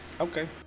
Okay